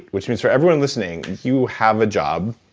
which means for everyone listening, you have a job,